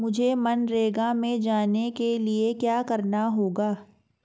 मुझे मनरेगा में जाने के लिए क्या करना होगा?